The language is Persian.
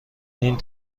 این